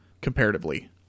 comparatively